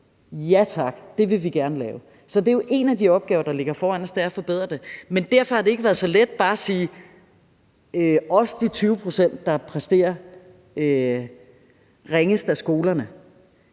Ja tak, det vil vi gerne lave. Så en af de opgaver, der ligger foran os, er jo at forbedre det, men derfor har det ikke været så let bare at sige, at det også gælder de 20 pct. af skolerne,